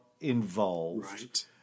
involved